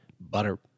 butter